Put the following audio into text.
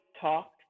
talk